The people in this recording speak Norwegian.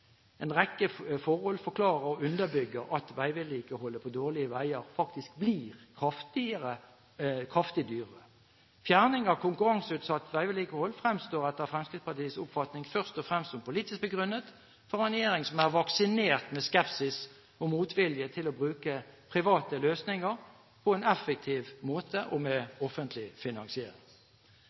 En rekke forhold forklarer og underbygger at veivedlikeholdet på dårlige veier faktisk blir kraftig dyrere. Fjerning av konkurranseutsatt veivedlikehold fremstår, etter Fremskrittspartiets oppfatning, først og fremst som politisk begrunnet, fra en regjering som er vaksinert med skepsis og motvilje mot å bruke private løsninger på en effektiv måte og med offentlig finansiering.